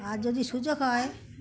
আর যদি সুযোগ হয়